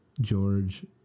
George